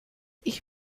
ich